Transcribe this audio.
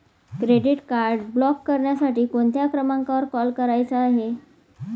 Credit card block करण्यासाठी कोणत्या क्रमांकावर कॉल करायचा आहे?